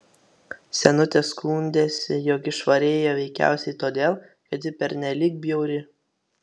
senutė skundėsi jog išvarei ją veikiausiai todėl kad ji pernelyg bjauri